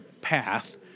path